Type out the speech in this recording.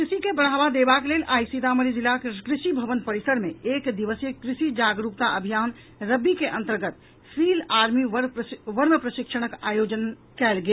कृषि के बढ़ावा देबाक लेल आइ सीतामढ़ी जिलाक कृषि भवन परिसर मे एक दिवसीय कृषि जागरूकता अभियान रबी के अन्तर्गत फील आर्मी वर्म प्रशिक्षणक आयोजनक कयल गेल